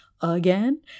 again